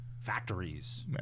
factories